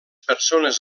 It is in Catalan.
persones